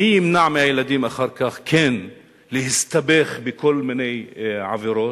מי ימנע מהילדים להסתבך אחר כך בכל מיני עבירות?